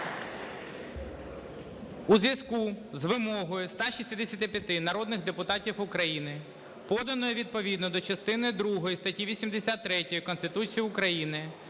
У зв'язку з вимогою 165 народних депутатів України, поданою відповідно до частини другої статті 83 Конституції України,